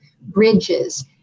bridges